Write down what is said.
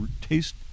taste